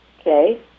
okay